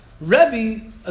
Rebbe